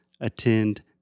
attend